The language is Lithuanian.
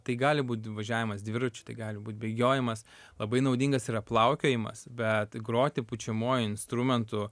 tai gali būt važiavimas dviračiu tai gali būt bėgiojimas labai naudingas yra plaukiojimas bet groti pučiamuoju instrumentu